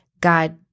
God